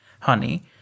honey